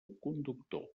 conductor